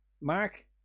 Mark